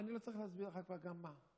אני לא צריך להסביר לך כבר גם מה.